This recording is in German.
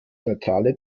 neutrale